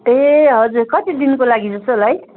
ए हजुर कति दिनको लागि जस्तो होला है